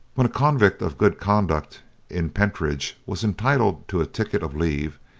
when a convict of good conduct in pentridge was entitled to a ticket-of-leave,